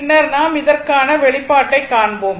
பின்னர் நாம் இதற்கான வெளிப்பாட்டைக் காண்போம்